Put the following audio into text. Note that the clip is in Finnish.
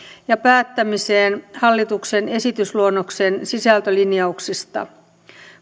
ja päättämiseen hallituksen esitysluonnoksen sisältölinjauksista